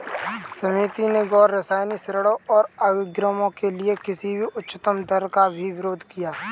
समिति ने गैर रियायती ऋणों और अग्रिमों के लिए किसी भी उच्चतम दर का भी विरोध किया